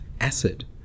acid